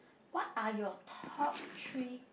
what are your top three